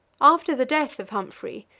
after the death of humphrey,